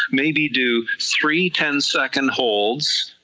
maybe do three ten second holds,